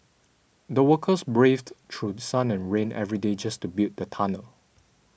the workers braved through sun and rain every day just to build the tunnel